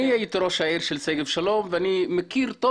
אני הייתי ראש העיר של שגב שלום ואני מכיר טוב